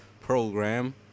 program